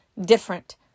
different